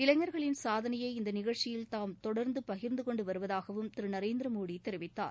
இளைஞர்களின் சாதனையை இந்த நிகழ்ச்சியில் தாம் தொடர்ந்து பகிர்ந்து கொண்டு வருவதாகவும் திரு நரேந்திர மோடி தெரிவித்தார்